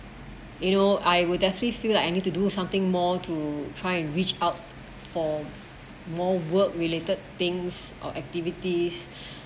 you know I will definitely feel like I need to do something more to try and reach out for more work related things or activities